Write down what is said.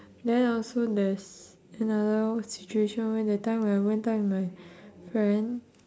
then I also there's another situation when that time I went out with my friend